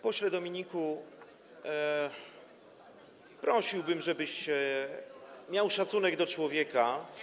Pośle Dominiku, prosiłbym, żebyś miał szacunek do człowieka.